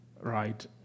right